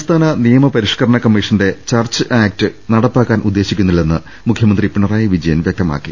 സംസ്ഥാന നിയമപരിഷ്കരണ കമ്മിഷന്റെ ചർച്ച് ആക്ട് നടപ്പാ ക്കാൻ ഉദ്ദേശിക്കുന്നില്ലെന്ന് മുഖ്യമന്ത്രി പിണറായി വിജയൻ വ്യക്തമാ ക്കി